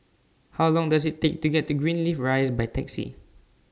How Long Does IT Take to get to Greenleaf Rise By Taxi